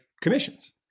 commissions